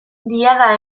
diada